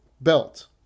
belt